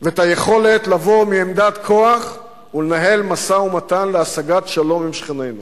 והיכולת לבוא מעמדת כוח ולנהל משא-ומתן להשגת שלום עם שכנינו,